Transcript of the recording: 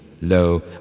Lo